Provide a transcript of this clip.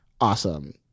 Awesome